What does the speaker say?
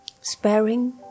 Sparing